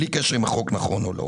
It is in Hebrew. בלי קשר אם החוק נכון או לא,